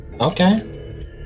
Okay